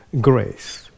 grace